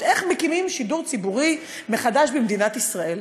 איך מקימים שידור ציבורי מחדש במדינת ישראל.